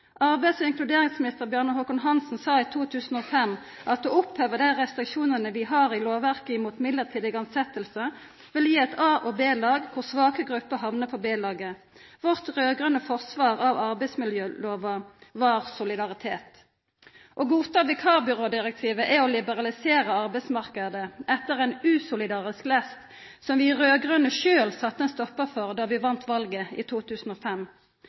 Arbeids- og inkluderingsminister Bjarne Håkon Hanssen sa i 2005 at å oppheva dei restriksjonane vi har i lovverket mot mellombelse tilsetjingar, vil gi eit A-lag og eit B-lag, kor svake grupper hamnar på B-laget. Vårt raud-grønne forsvar av arbeidsmiljølova var solidaritet. Å godta vikarbyrådirektivet er å liberalisera arbeidsmarknaden etter ein usolidarisk lest som vi raud-grønne sjølv sette ein stoppar for då vi vann valet i 2005.